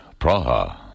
Praha